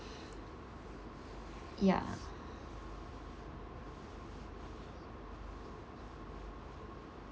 ya